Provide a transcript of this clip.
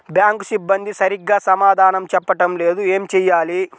Bank సిబ్బంది సరిగ్గా సమాధానం చెప్పటం లేదు ఏం చెయ్యాలి?